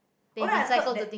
oh then I heard that